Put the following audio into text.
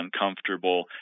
uncomfortable